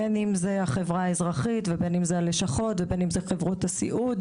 בין אם זה החברה האזרחית, הלשכות או חברות הסיעוד,